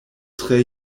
tre